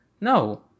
No